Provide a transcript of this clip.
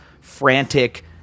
frantic